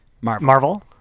Marvel